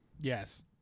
yes